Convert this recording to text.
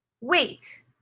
wait